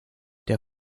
der